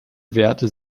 werte